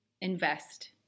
invest